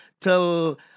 till